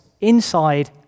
inside